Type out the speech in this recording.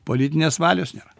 politinės valios nėra